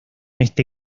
este